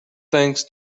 thanks